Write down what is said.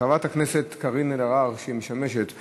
חברת הכנסת קארין אלהרר שמשמשת יושבת-ראש